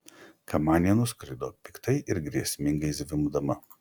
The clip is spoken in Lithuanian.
kamanė nuskrido piktai ir grėsmingai zvimbdama